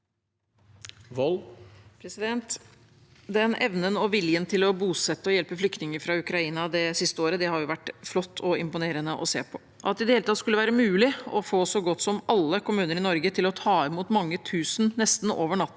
(SV) Evnen og viljen til å bosette og hjelpe flyktninger fra Ukraina det siste året har vært flott og imponerende å se på. At det i det hele tatt skulle være mulig å få så godt som alle kommuner i Norge til å ta imot mange tusen som trengte